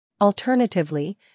Alternatively